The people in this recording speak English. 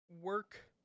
Work